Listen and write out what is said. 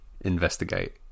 investigate